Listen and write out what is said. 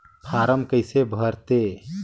Form कइसे भरते?